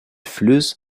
fluss